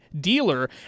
dealer